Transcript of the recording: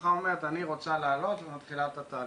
שמשפחה אומרת שהיא רוצה לעלות ומתחילה את התהליך,